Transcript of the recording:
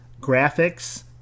graphics